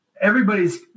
everybody's